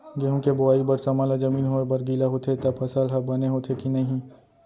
गेहूँ के बोआई बर समय ला जमीन होये बर गिला होथे त फसल ह बने होथे की नही?